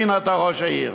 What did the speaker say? והנה אתה ראש העיר.